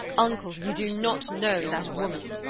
uncle, you do not know that woman!